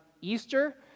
Easter